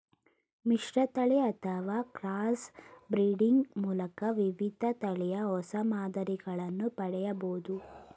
ಮಿಶ್ರತಳಿ ಅಥವಾ cross breeding ಮೂಲಕ ವಿವಿಧ ತಳಿಯ ಹೊಸ ಮಾದರಿಗಳನ್ನು ಪಡೆಯಬೋದು